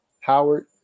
Howard